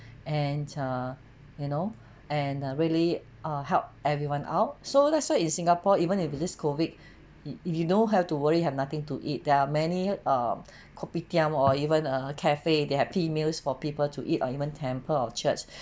and uh you know and uh really uh help everyone out so that's why in singapore even if in this COVID you you don't have to worry you have nothing to eat there are many uh kopitiam or even uh cafe they have free meals for people to eat or even temple or church